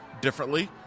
differently